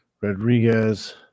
Rodriguez